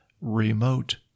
remote